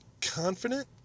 confident